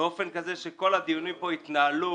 באופן כזה שכל הדיונים פה יתנהלו